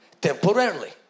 temporarily